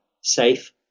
safe